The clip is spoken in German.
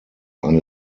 eine